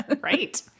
Right